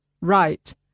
Right